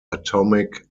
atomic